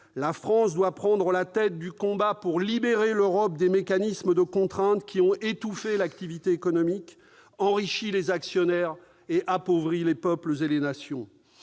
La France doit prendre la tête du combat pour libérer l'Europe des mécanismes de contrainte, qui ont étouffé l'activité économique, enrichi les actionnaires et appauvri les peuples et les nations.